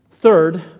Third